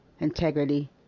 integrity